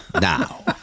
now